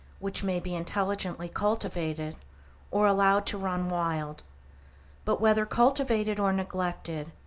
which may be intelligently cultivated or allowed to run wild but whether cultivated or neglected,